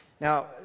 Now